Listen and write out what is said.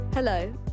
Hello